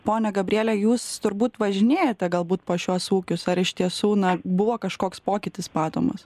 ponia gabriele jūs turbūt važinėjate galbūt po šiuos ūkius ar iš tiesų buvo kažkoks pokytis matomas